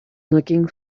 looking